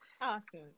Awesome